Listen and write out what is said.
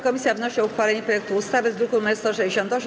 Komisja wnosi o uchwalenie projektu ustawy z druku nr 168.